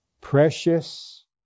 precious